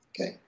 Okay